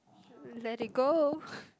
let it go